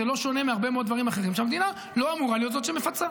זה לא שונה מהרבה מאוד דברים שהמדינה לא אמורה להיות זאת שמפצה.